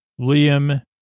Liam